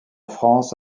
france